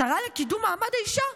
השרה לקידום מעמד האישה,